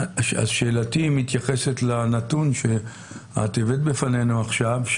שאלתי מתייחסת לנתון שהבאת בפנינו עכשיו,